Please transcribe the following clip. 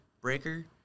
breaker